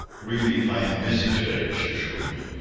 really, i am busy to-day, she assured me.